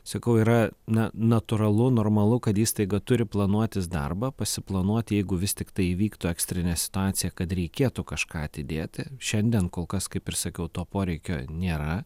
sakau yra na natūralu normalu kad įstaiga turi planuotis darbą pasiplanuoti jeigu vis tiktai įvyktų ekstrinė situacija kad reikėtų kažką atidėti šiandien kol kas kaip ir sakiau to poreikio nėra